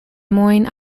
moines